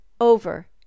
over